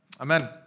Amen